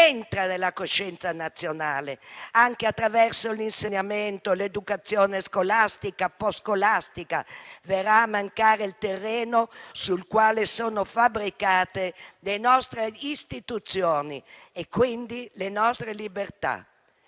entra nella coscienza nazionale, anche attraverso l'insegnamento, l'educazione scolastica e post-scolastica, verrà a mancare il terreno sul quale sono fabbricate le nostre istituzioni e quindi le nostre libertà.